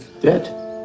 Dead